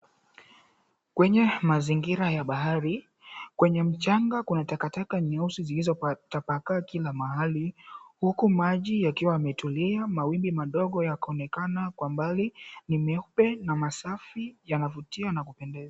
Kwenye mazingira ya bahari. Kwenye mchanga kuna takataka nyeusi zilizo kwa tapakaa kila mahali. Huku maji yakiwa yametulia, mawimbi madogo yakaonekana kwa mbali, ni meupe na masafi yanavutia na kupendeza.